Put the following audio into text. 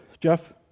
Jeff